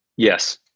Yes